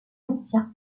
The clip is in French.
ancien